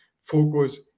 focus